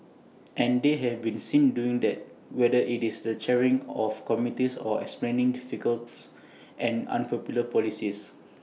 and they have been seen doing that whether IT is the chairing of committees or explaining difficult and unpopular policies